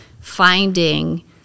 finding